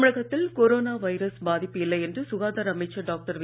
தமிழகத்தில் corona virus பாதிப்பு இல்லை என்று சுகாதார அமைச்சர் டாக்டர் சி